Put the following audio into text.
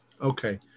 Okay